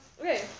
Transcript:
Okay